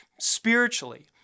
Spiritually